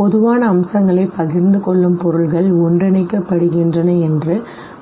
பொதுவான அம்சங்களைப் பகிர்ந்து கொள்ளும் பொருள்கள் ஒன்றிணைக்கப்படுகின்றன என்று